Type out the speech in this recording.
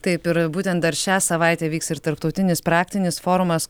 taip ir būtent dar šią savaitę vyks ir tarptautinis praktinis forumas